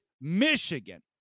Michigan